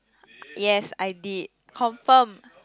yes I did confirm